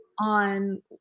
on